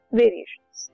variations